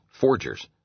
forgers